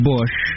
Bush